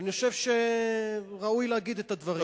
אני חושב שראוי להגיד את הדברים.